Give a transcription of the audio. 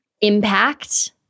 impact